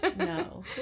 No